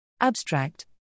Abstract